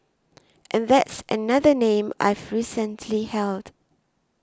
and that's another name I've recently held